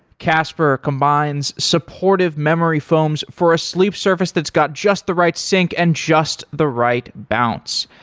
casper combines supportive memory foams for a sleep surface that's got just the right sink and just the right bounce.